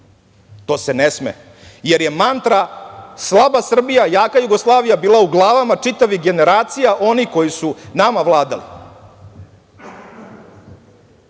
To se ne sme, jer je mantra slaba Srbija, jaka Jugoslavija bila u glavama čitavih generacija onih koji su nama vladali. Onda